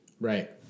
Right